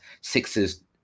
sixes